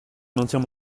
maintiens